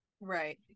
Right